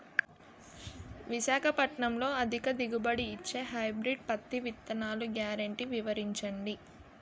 విశాఖపట్నంలో అధిక దిగుబడి ఇచ్చే హైబ్రిడ్ పత్తి విత్తనాలు గ్యారంటీ వివరించండి?